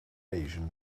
asian